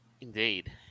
Indeed